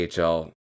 AHL